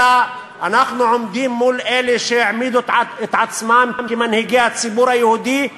אלא אנחנו עומדים מול אלה שהעמידו את עצמם כמנהיגי הציבור היהודי,